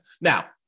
Now